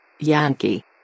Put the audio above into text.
Yankee